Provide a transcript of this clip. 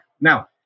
now